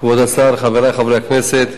כבוד השר, חברי חברי הכנסת,